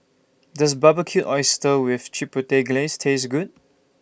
Does Barbecued Oysters with Chipotle Glaze Taste Good